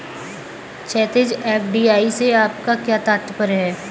क्षैतिज, एफ.डी.आई से आपका क्या तात्पर्य है?